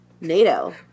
Nato